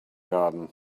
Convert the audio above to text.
garden